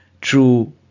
true